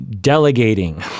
delegating